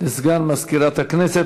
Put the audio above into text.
לסגן מזכירת הכנסת.